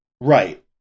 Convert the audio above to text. right